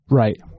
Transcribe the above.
right